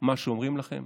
מה שאומרים לכם,